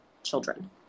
children